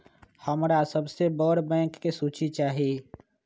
हमरा सबसे बड़ बैंक के सूची चाहि